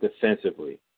defensively